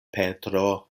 petro